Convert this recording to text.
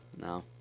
No